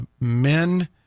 men